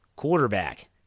quarterback